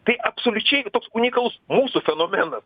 tai absoliučiai toks unikalus mūsų fenomenas